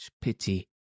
pity